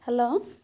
hello